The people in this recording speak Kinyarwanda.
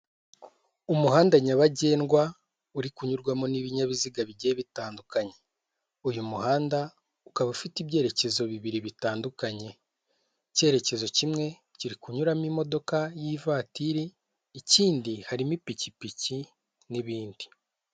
Umuhanda nyabagendwa, uri kunyurwamo n'ibinyabiziga bigiye bitandukanye. Uyu muhanda ukaba ufite ibyerekezo bibiri bitandukanye, icyerekezo kimwe kiri kunyuramo imodoka y'ivatiri, ikindi harimo ipikipiki n'ibindi.